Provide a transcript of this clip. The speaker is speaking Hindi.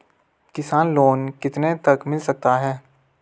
किसान लोंन कितने तक मिल सकता है?